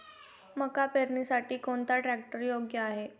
मका पेरणीसाठी कोणता ट्रॅक्टर योग्य आहे?